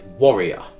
Warrior